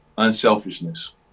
Unselfishness